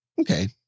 Okay